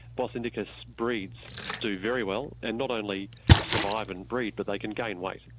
bos indicus breeds do very well and not only survive and breed but they can gain weight.